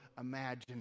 imagine